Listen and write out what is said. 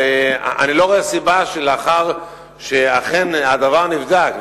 אני לא רואה סיבה שלאחר שאכן הדבר נבדק,